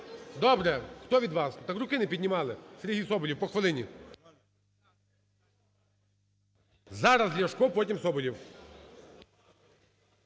Добре. Хто від вас? Так руки не піднімали. Сергій Соболєв. По хвилині. Зараз – Ляшко, потім – Соболєв.